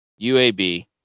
UAB